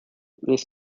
this